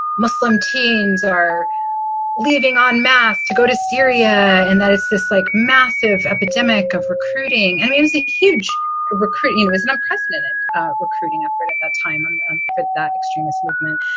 muslim teens are leaving en masse to go to syria and that it's this like massive epidemic of recruiting i mean, i was a huge recruit, you know, is an unprecedented recruiting effort at that time and and that extremist movement.